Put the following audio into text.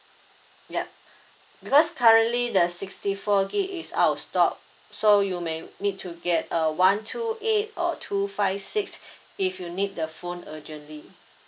yup because currently the sixty four gig is out of stock so you may need to get a one two eight or two five six if you need the phone urgently